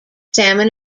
salmon